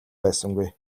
байсангүй